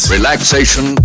Relaxation